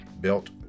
built